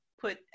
put